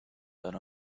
that